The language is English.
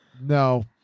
No